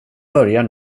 börjar